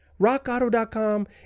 RockAuto.com